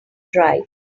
dried